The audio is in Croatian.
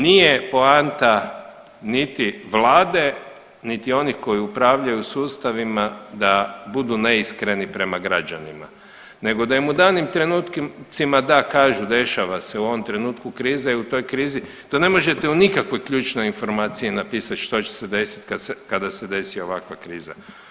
Nije poanta niti vlade, niti onih koji upravljaju sustavima da budu neiskreni prema građanima nego da im u danim trenucima da kažu dešava se u ovom trenutku, kriza je i u toj krizi, to ne možete ni u kakvoj ključnoj informaciji napisat što će se desit kada se desi ovakva kriza.